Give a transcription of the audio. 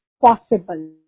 possible